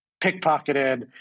pickpocketed